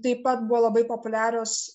taip pat buvo labai populiarios